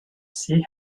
see